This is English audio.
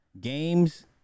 games